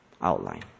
outline